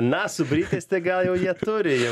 na su britais tai gal jie turi jau